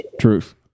truth